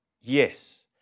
Yes